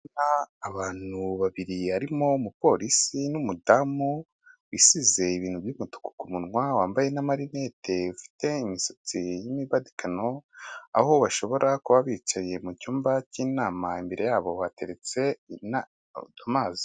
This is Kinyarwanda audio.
Abantu babiri harimo umupolisi n'umudamu wisize ibintu by'umutuku ku munwa wambaye na marinete ufite imisatsi y'imibadikano aho bashobora kuba bicaye mucyumba cy'inama imbere yabo hateretse n'amazi .